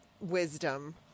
wisdom